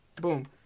Boom